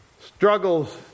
struggles